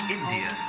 India